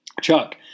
Chuck